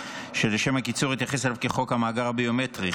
שלשם הקיצור אתייחס אליו כחוק המאגר הביומטרי.